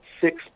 six